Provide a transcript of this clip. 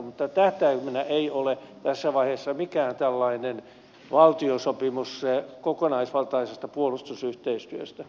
mutta tähtäimenä ei ole tässä vaiheessa mikään tällainen valtiosopimus kokonaisvaltaisesta puolustusyhteistyöstä